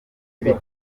ibiti